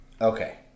okay